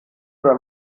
oder